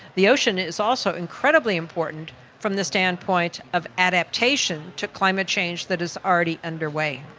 the ocean is also incredibly important from the standpoint of adaptation to climate change that is already underway.